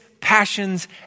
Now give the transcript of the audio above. passions